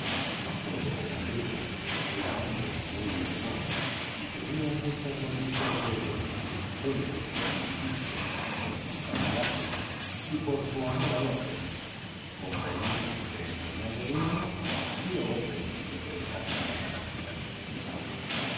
pero como aquel prócer era hombre de muy buen humor y tenía muchas noticias de heredia célebre por sus chistes por sus cambalaches y por su amor a lo ajeno con permiso del engañado dueño dio orden de que dejasen pasar